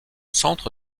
centre